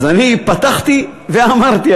אני פתחתי ואמרתי,